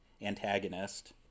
antagonist